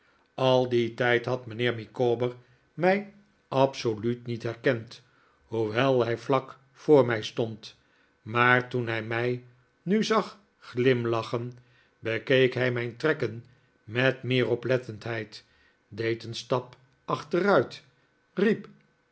al dien tijd had mijnheer micawber mij absoluut niet herkend hoewel hij vlak voor mij stond maar toen hij mij nu zag glimlachen bekeek hij mijn trekken met meer oplettendheid deed een stap achteruit riep